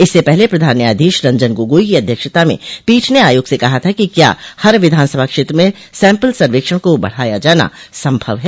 इससे पहले प्रधान न्यायाधीश रंजन गोगोई की अध्यक्षता में पीठ ने आयोग से कहा था कि क्या हर विधानसभा क्षेत्र में सैम्पल सर्वेक्षण को बढ़ाया जाना संभव है